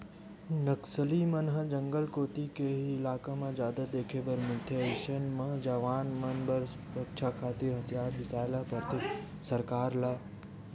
नक्सली मन ह जंगल कोती के ही इलाका म जादा देखे बर मिलथे अइसन म जवान मन बर सुरक्छा खातिर हथियार बिसाय ल परथे सरकार ल